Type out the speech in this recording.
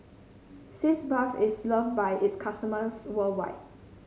Sitz Bath is loved by its customers worldwide